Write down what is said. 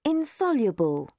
Insoluble